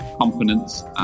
confidence